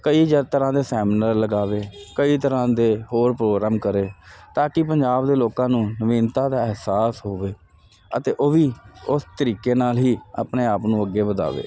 ਕਈ ਜ ਤਰ੍ਹਾਂ ਦੇ ਸੈਮੀਨਾਰ ਲਗਾਵੇ ਕਈ ਤਰ੍ਹਾਂ ਦੇ ਹੋਰ ਪ੍ਰੋਗਰਾਮ ਕਰੇ ਤਾਂ ਕੀ ਪੰਜਾਬ ਦੇ ਲੋਕਾਂ ਨੂੰ ਨਵੀਨਤਾ ਦਾ ਅਹਿਸਾਸ ਹੋਵੇ ਅਤੇ ਉਹ ਵੀ ਉਸ ਤਰੀਕੇ ਨਾਲ ਹੀ ਆਪਣੇ ਆਪ ਨੂੰ ਅੱਗੇ ਵਧਾਵੇ